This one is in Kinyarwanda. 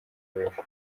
w’ejo